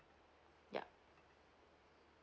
yup